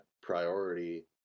priority